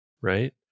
right